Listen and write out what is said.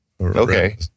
Okay